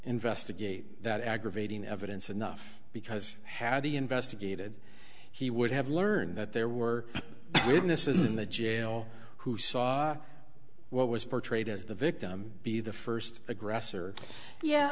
investigate that aggravating evidence enough because had he investigated he would have learned that there were witnesses in the jail who saw what was portrayed as the victim be the first aggressor yeah